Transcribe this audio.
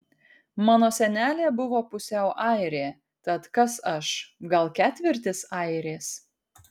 mano senelė buvo pusiau airė tad kas aš gal ketvirtis airės